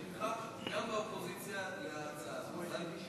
יש תמיכה גם באופוזיציה להצעה הזאת.